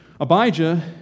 Abijah